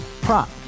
prop